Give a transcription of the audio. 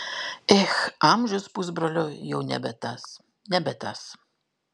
ech amžius pusbrolio jau nebe tas nebe tas